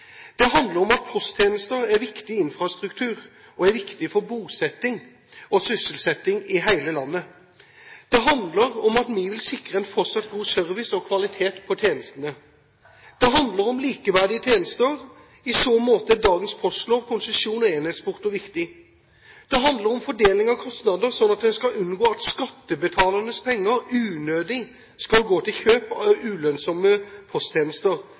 Det handler om at posttjenester er en viktig infrastruktur for bosetting og sysselsetting i hele landet. Det handler om at vi vil sikre en fortsatt god service og kvalitet på tjenestene. Det handler om likeverdige tjenester. I så måte er dagens postlov, konsesjon og enhetsporto viktig. Det handler om fordeling av kostnader, slik at en skal unngå at skattebetalernes penger unødig skal gå til kjøp av ulønnsomme posttjenester,